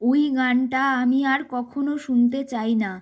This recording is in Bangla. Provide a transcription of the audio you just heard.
ওই গানটা আমি আর কখনো শুনতে চাই না